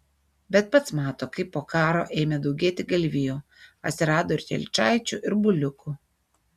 bet pats mato kaip po karo ėmė daugėti galvijų atsirado ir telyčaičių ir buliukų